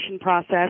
process